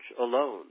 alone